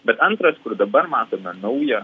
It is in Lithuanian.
bet antra kur dabar matome naują